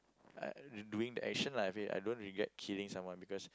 uh doing the action lah I mean I don't regret killing someone because